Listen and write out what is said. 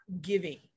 giving